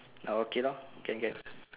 oh okay lor can can